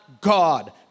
God